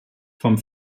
vom